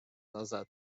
назад